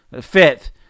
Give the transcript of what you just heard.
Fifth